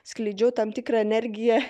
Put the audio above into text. skleidžiau tam tikrą energiją